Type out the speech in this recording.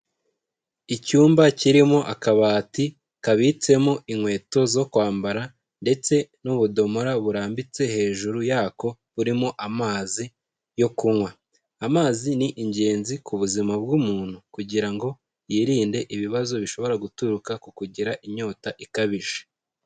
Icyumba kirimo akabati kabitsemo inkweto zo kwambara, ndetse n'ubudomara burambitse hejuru yako burimo amazi yo kunywa. Amazi ni ingenzi ku buzima bw'umuntu kugira ngo yirinde ibibazo bishobora guturuka ku kugira inyota ikabije.